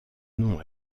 nom